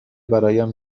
برایم